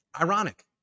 Ironic